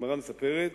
הגמרא מספרת